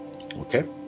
Okay